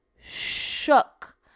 shook